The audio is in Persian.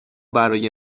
برای